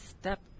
step